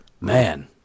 man